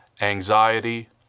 anxiety